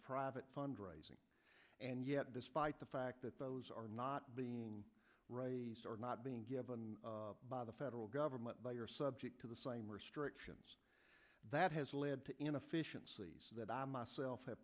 private fundraising and yet despite the fact that those are not being or not being given by the federal government they are subject to the same restrictions that has led to inefficiencies that i myself have